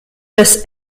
des